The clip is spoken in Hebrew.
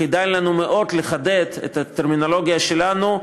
כדאי לנו מאוד לחדד את הטרמינולוגיה שלנו,